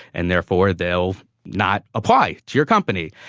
and therefore, they'll not apply to your company.